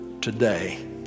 today